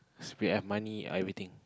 c_p_f money everything